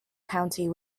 county